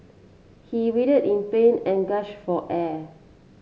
he writhed in pain and gasp for air